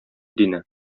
дине